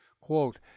Quote